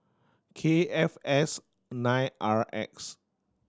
K F S nine R X